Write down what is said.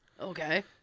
Okay